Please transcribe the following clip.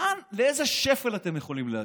לאיזה שפל אתם יכולים להגיע?